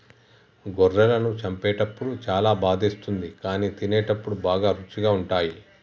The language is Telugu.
గొర్రెలను చంపేటప్పుడు చాలా బాధేస్తుంది కానీ తినేటప్పుడు బాగా రుచిగా ఉంటాయి